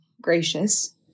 gracious